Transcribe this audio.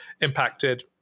impacted